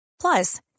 Plus